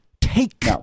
take